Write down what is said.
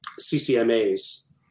CCMAs